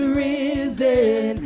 risen